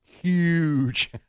huge